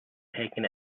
taken